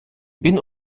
він